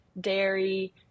dairy